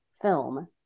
film